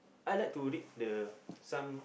I like to read the some